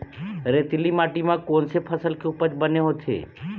रेतीली माटी म कोन से फसल के उपज बने होथे?